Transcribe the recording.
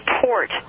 support